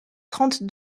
trente